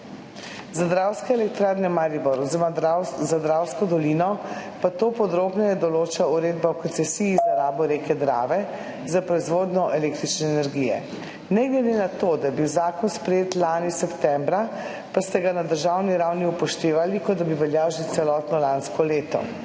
Za Dravske elektrarne Maribor oziroma za Dravsko dolino pa to podrobneje določa Uredba o koncesiji za rabo reke Drave za proizvodnjo električne energije. Ne glede na to, da je bil zakon sprejet lani septembra, pa ste ga na državni ravni upoštevali, kot da bi veljal že celotno lansko leto.